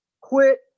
Quit